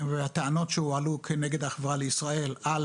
והטענות שהועלו כנגד החברה לישראל על